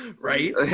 right